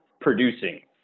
producing